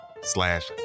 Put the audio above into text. Slash